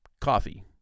Coffee